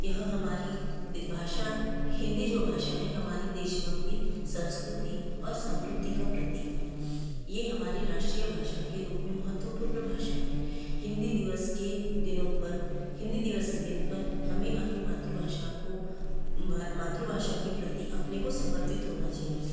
यह हमारी दे भाषा हिंदी जो भाषा है हमारी देशभक्ति संस्कृति और समृद्धि का प्रतीक है ये हमारी राष्ट्रीय भाषा के रूप में महत्वपूर्ण भाषा है हिंदी दिवस के दिनों पर हिंदी दिवस के दिन पर हमें अपनी मातृभाषा को मातृभाषा के प्रति अपने को समर्पित होना चाहिए